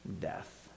death